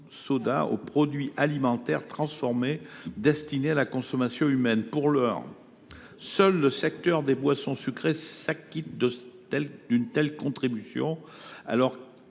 soda aux produits alimentaires transformés destinés à la consommation humaine. Pour l’heure, seul le secteur des boissons sucrées s’acquitte d’une telle contribution, alors qu’il